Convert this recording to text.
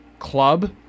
club